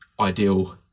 ideal